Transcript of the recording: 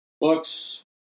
books